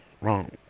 Wrong